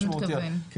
אתה מתכוון לדמי התיווך?